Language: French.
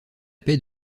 paix